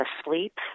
asleep